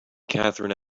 katherine